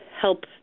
help